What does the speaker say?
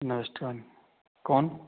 नमस्कार कौन